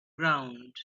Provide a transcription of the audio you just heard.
ground